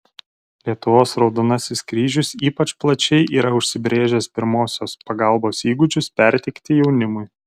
lietuvos raudonasis kryžius ypač plačiai yra užsibrėžęs pirmosios pagalbos įgūdžius perteikti jaunimui